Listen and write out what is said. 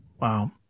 Wow